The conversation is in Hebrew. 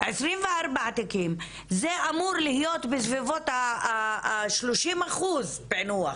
24 תיקים, זה אמור להיות בסביבות ה-30 אחוז פענוח.